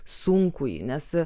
sunkųjį nes